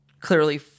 clearly